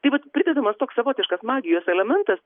tai vat pridedamas toks savotiškas magijos elementas